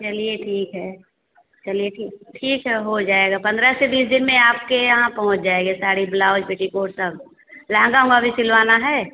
चलिए ठीक है चलिए ठीक है ठीक है हो जाएगा पंद्रह से बीस दिन में आपके यहाँ पहुँच जाएँगे साड़ी ब्लाउज पेटीकोट सब लहँगा ऊँहगा भी सिलवाना है